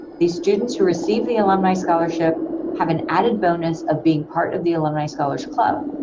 these students who receive the alumni scholarship have an added bonus of being part of the alumni scholars club.